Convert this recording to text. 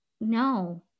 no